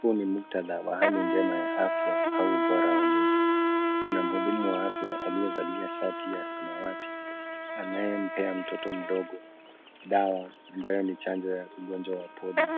Huu ni muktadha wa hali njema ya afya au ubora wa mwili. Kuna mhudumu wa afya aliyevalia shati ya samawati anayempea mtoto mdogo dawa, ambayo ni chanjo ya ugonjwa wa polio.